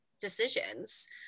decisions